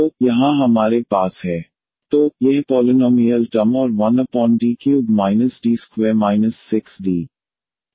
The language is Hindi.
तो यहाँ हमारे पास है 1D3 D2 6Dx21 तो यह पॉलिनॉमियल टर्म और 1D3 D2 6D